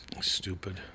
Stupid